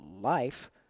life